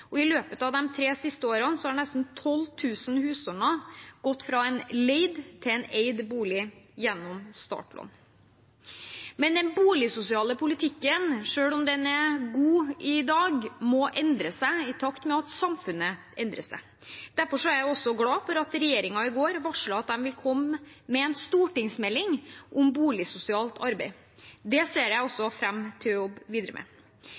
nivå. I løpet av de siste tre årene har nesten 12 000 husstander gått fra en leid til en eid bolig gjennom startlån. Men den boligsosiale politikken, selv om den er god i dag, må endre seg i takt med at samfunnet endrer seg. Derfor er jeg glad for at regjeringen i går varslet at den vil komme med en stortingsmelding om boligsosialt arbeid. Det ser jeg fram til å jobbe videre med.